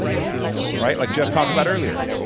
right? like jeff talked about earlier.